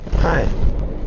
Hi